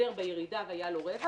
מיחזר בירידה, והיה לו רווח.